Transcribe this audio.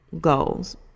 goals